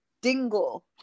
Dingle